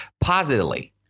positively